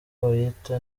bayita